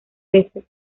veces